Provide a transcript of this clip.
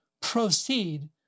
proceed